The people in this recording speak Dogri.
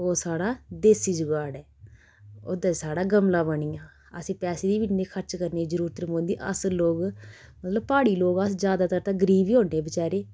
ओह् साढ़ा देसी जगाड़ ऐ ओह्दे च साढ़ा गमला बनी गेआ असें पैसे बी इन्ने खर्च करने दी जरूरत नीं पौंदी अस लोक मतलब प्हाड़ी लोक ज्यादातर ते गरीब ही होन्ने बचारे